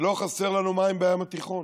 ולא חסרים לנו מים בים התיכון.